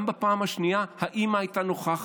גם בפעם השנייה האימא הייתה נוכחת.